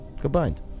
combined